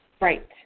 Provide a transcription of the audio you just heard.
Right